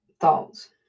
thoughts